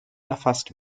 erfasst